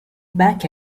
back